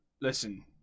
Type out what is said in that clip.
Listen